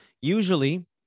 Usually